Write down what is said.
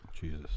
jesus